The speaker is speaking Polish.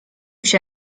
się